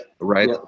right